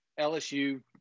LSU